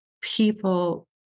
people